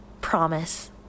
Promise